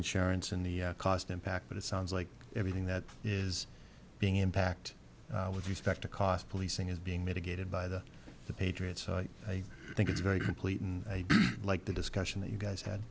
insurance and the cost impact but it sounds like everything that is being impacted with respect to cost policing is being mitigated by the patriots i think it's very complete and i like the discussion that you guys had